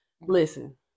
listen